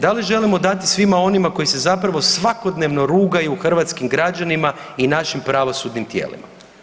Da li želimo dati svima onima koji se zapravo svakodnevno rugaju hrvatskim građanima i našim pravosudnim tijelima?